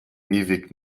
ewig